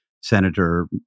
senator